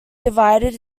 divided